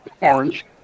Orange